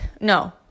No